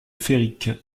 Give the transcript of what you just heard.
féric